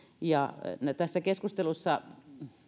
tässä keskustelussa